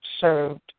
served